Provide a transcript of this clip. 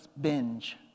binge